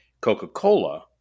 Coca-Cola